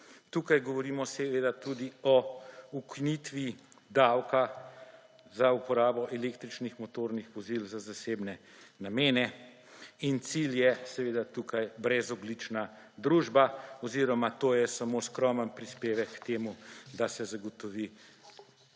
tukaj govorimo seveda tudi o ukinitvi davka za uporabo električnih motornih vozil za zasebne namene –in cilj je seveda tukaj brezogljična družba oziroma to je samo skromen prispevek k temu, da se zagotovi